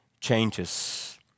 changes